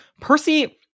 Percy